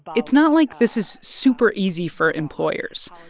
it's not like this is super easy for employers.